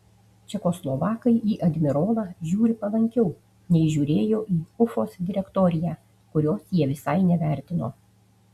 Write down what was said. čekoslovakai į admirolą žiūri palankiau nei žiūrėjo į ufos direktoriją kurios jie visai nevertino